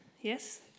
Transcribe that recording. yes